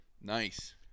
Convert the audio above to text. nice